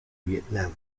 vietnam